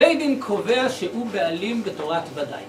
הבית דין קובע שהוא בעלים בתורת ודאי